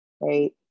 right